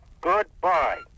Goodbye